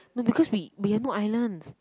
no because we we have no islands